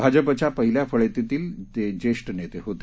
भाजपच्या पहिल्या फळीतील ते जेष्ठ नेते होते